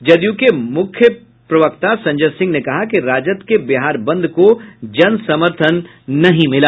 जदयू के मुख्य प्रवक्ता संजय सिंह ने कहा कि राजद के बिहार बंद को जनसमर्थन नहीं मिला